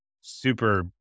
super